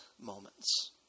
moments